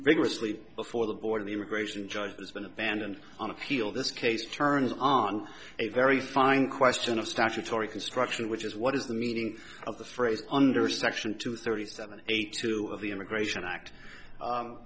rigorously before the board an immigration judge has been abandoned on appeal this case turns on a very fine question of statutory construction which is what is the meaning of the phrase under section two thirty seven eighty two of the immigration act